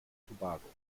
tobago